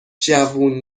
جوون